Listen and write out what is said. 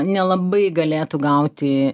nelabai galėtų gauti